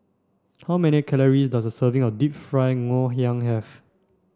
how many calories does a serving of Deep Fried Ngoh Hiang have